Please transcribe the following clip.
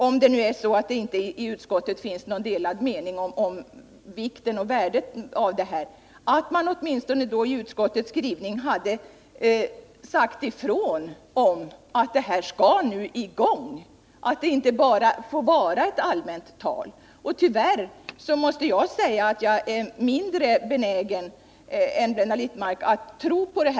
Om det nu i utskottet inte råder några delade meningar om värdet av dessa åtgärder, hade det väl ändå varit bra om man i utskottets skrivning åtminstone hade sagt ifrån att arbetet skulle komma i gång, så att det inte bara blir ett allmänt tal. Tyvärr måste jag säga att jag är mindre benägen än Blenda Littmarck att tro på detta.